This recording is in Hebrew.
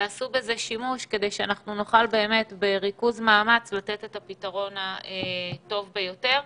תעשו בזה שימוש כדי שאנחנו נוכל בריכוז מאמץ לתת את הפתרון הטוב ביותר.